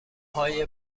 های